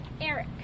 Eric